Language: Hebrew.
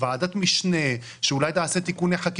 ועדת משנה שאולי תעשה תיקוני חקיקה,